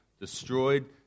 destroyed